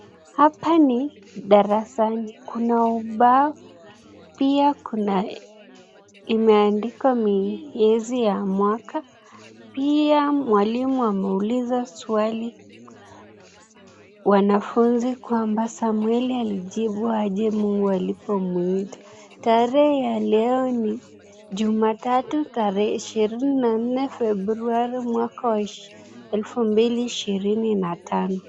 Hapa ni darasani. Kuna ubao, pia kuna imeandikwa miezi ya mwaka. Pia, mwalimu ameuliza swali wanafunzi kwamba, "Samweli alijibu aje Mungu alipomuita?" Tarehe ya leo ni Jumatatu, tarehe 24 Februari, mwaka wa 2025.